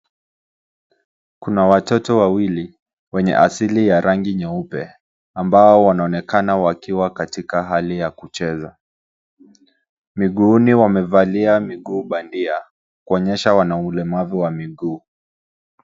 Kuna watoto wawili wenye asili ya rangi nyeupe ambao wanaonekana wakiwa katika hali ya kucheza. Miguuni wamevalia miguu bandia kuonyesha wana ulemavu wa miguu.